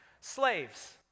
Slaves